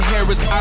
Harris